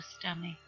stomach